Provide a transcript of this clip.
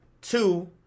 Two